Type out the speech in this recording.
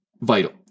vital